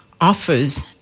offers